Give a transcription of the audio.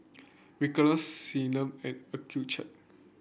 Ricola and Accucheck